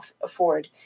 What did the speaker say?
afford